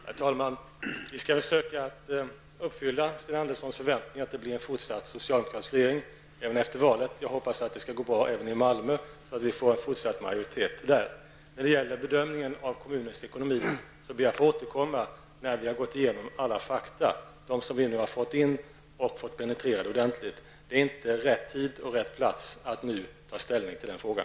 Herr talman! Vi skall försöka att uppfylla Sten Anderssons i Malmö förväntningar att det blir en fortsatt socialdemokratisk regering även efter valet. Jag hoppas att det skall gå bra även i Malmö, så att vi får en fortsatt majoritet där. När det gäller bedömningen av kommunens ekonomi ber jag att få återkomma, när vi har gått igenom alla de fakta som vi nu har fått in och har penetrerat dem ordentligt. Detta är inte rätt tid och plats att ta ställning i den frågan.